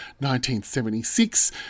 1976